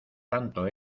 tanto